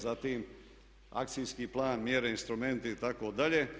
Zatim, akcijski plan, mjere, instrumenti itd.